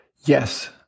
yes